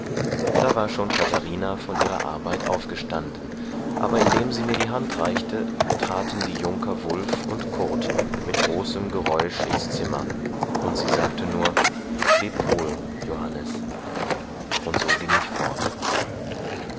da war schon katharina von ihrer arbeit aufgestanden aber indem sie mir die hand reichte traten die junker wulf und kurt mit großem geräusch ins zimmer und sie sagte nur leb wohl johannes und so ging ich fort